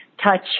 touch